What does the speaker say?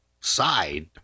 side